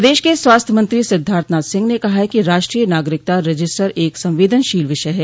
प्रदेश के स्वास्थ्य मंत्री सिद्धार्थनाथ सिंह ने कहा है कि राष्ट्रीय नागरिकता रजिस्टर एक संवेदनशील विषय है